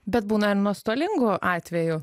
bet būna ir nuostolingų atvejų